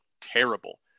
terrible